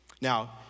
Now